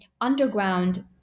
underground